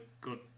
good